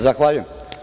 Zahvaljujem.